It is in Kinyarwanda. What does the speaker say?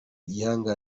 gihanga